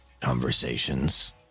conversations